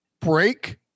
break